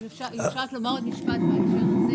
אם אפשר לומר רק עוד משפט: בעצם,